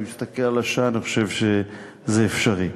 אני מסתכל על השעה, ואני חושב שזה אפשרי.